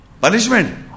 Punishment